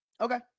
Okay